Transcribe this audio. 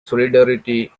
solidarity